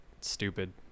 stupid